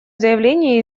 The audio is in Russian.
заявление